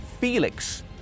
Felix